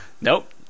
Nope